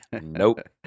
Nope